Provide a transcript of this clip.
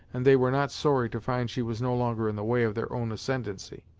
and they were not sorry to find she was no longer in the way of their own ascendency.